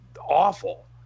awful